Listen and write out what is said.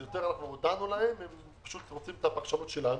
יותר אנחנו הודענו להם והם רוצים את הפרשנות שלנו.